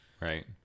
right